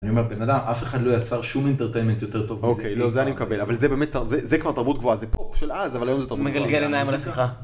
אני אומר, בן אדם, אף אחד לא יצר שום entertainment יותר טוב מזה. אוקיי, לא, זה אני מקבל, אבל זה באמת, זה כבר תרבות גבוהה, זה פופ של אז, אבל היום זה תרבות גבוהה. מגלגל עיניים על השיחה.